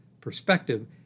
perspective